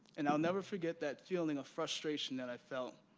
and i'll never forget that feeling of frustration that i felt